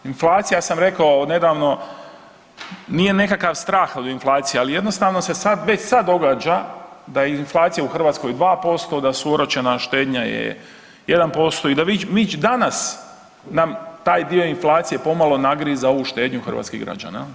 Inflacija ja sam rekao nedavno, nije nekakav strah od inflacije ali jednostavno se već sad događa da je inflacija u Hrvatskoj 2% da su oročena štednja je 1% i da već danas nam taj dio inflacije pomalo nagriza ovu štednju hrvatskih građana jel.